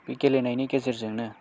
बि गेलेनायनि गेजेरजोंनो